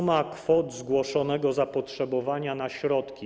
Suma kwot zgłoszonego zapotrzebowania na środki.